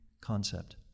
concept